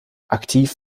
aktiv